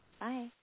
Bye